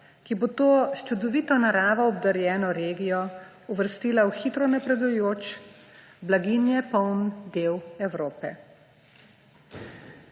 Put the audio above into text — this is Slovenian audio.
ki bo to s čudovito naravo obdarjeno regijo uvrstila v hitro napredujoč, blaginje poln del Evrope.